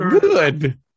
Good